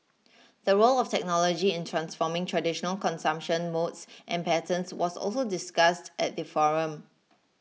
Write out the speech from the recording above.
the role of technology in transforming traditional consumption modes and patterns was also discussed at the forum